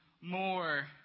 more